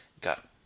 got